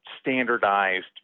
standardized